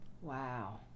wow